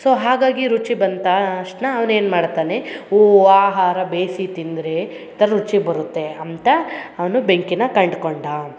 so ಹಾಗಾಗಿ ರುಚಿ ಬಂತ ಆ ತಕ್ಷಣ ಅವ್ನ ಏನು ಮಾಡ್ತಾನೆ ಓ ಆಹಾರ ಬೇಯಿಸಿ ತಿಂದರೆ ಈ ಥರ ರುಚಿ ಬರುತ್ತೆ ಅಂತ ಅವನು ಬೆಂಕಿನ ಕಂಡ್ಕೊಂಡ